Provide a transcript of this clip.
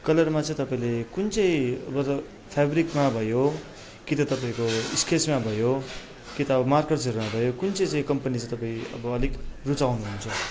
कलरमा चाहिँ तपाईँले कुन चाहिँ अब त्यो फेब्रिकमा भयो कि त तपाईँको स्केचमा भयो कि त अब मार्कर्सहरूमा भयो कुन चाहिँ चाहिँ कम्पनी चाहिँ तपाईँ अब अलिक रुचाउनुहुन्छ